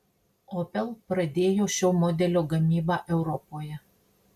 opel pradėjo šio modelio gamybą europoje